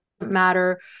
matter